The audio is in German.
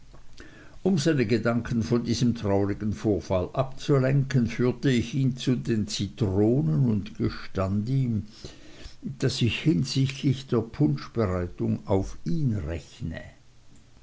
um seine gedanken von diesem traurigen vorfall abzulenken führte ich ihn zu den zitronen und gestand ihm daß ich hinsichtlich der punschbereitung auf ihn rechne